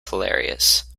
hilarious